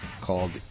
Called